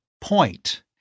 point